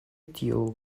tiu